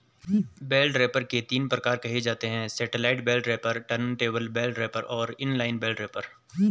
bell wrapper के तीन प्रकार कहे जाते हैं satellite bale wrapper, turntable bale wrapper और इन लाइन बेल रैपर